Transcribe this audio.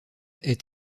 est